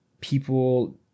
People